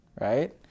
right